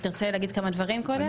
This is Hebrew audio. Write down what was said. תרצה להגיד כמה דברים קודם?